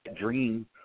dream